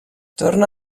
torna